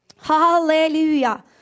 Hallelujah